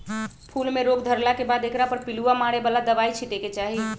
फूल में रोग धरला के बाद एकरा पर पिलुआ मारे बला दवाइ छिटे के चाही